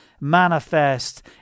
manifest